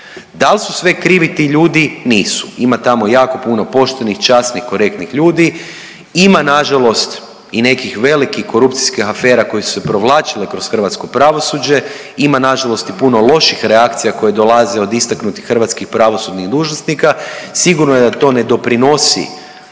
Dal su sve krivi ti ljudi? Nisu, ima tamo jako puno poštenih i časnih i korektnih ljudi, ima nažalost i nekih velikih korupcijskih afera koje su se provlačile kroz hrvatsko pravosuđe, ima nažalost i puno loših reakcija koje dolaze od istaknutih hrvatskih pravosudnih dužnosnika. Sigurno je da to ne doprinosi